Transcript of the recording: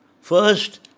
first